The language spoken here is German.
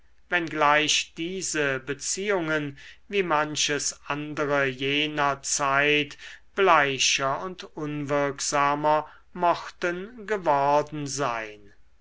wenngleich diese beziehungen wie manches andere jener zeit bleicher und unwirksamer mochten geworden sein